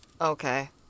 Okay